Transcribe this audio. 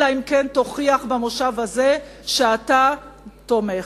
אלא אם כן תוכיח במושב הזה שאתה תומך.